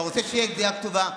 אתה רוצה שתהיה דעה כתובה,